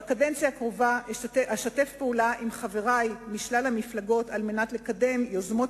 בקדנציה הקרובה אשתף פעולה עם חברי משלל המפלגות לקדם יוזמות